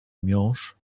miąższ